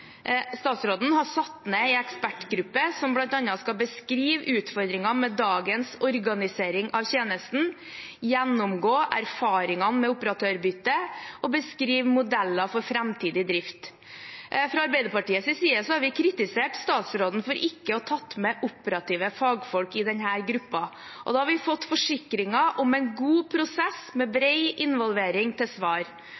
Statsråden har satt ned en ekspertgruppe som bl.a. skal beskrive utfordringer med dagens organisering av tjenesten, gjennomgå erfaringer med operatørbytte og beskrive modeller for framtidig drift. Fra Arbeiderpartiets side har vi kritisert statsråden for ikke å ha tatt med operative fagfolk i denne gruppen. Da har vi fått forsikringer om en god prosess, med